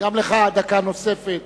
גם לך דקה נוספת